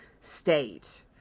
state